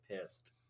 pissed